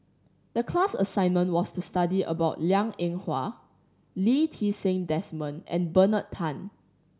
the class assignment was to study about Liang Eng Hwa Lee Ti Seng Desmond and Bernard Tan